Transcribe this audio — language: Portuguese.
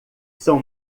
são